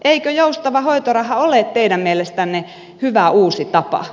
eikö joustava hoitoraha ole teidän mielestänne hyvä uusi tapa